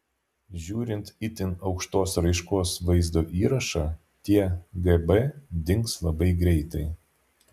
žiūrint itin aukštos raiškos vaizdo įrašą tie gb dings labai greitai